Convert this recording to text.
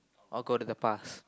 or go to the past